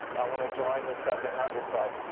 want to join the seven hundred club.